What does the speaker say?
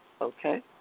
Okay